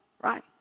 right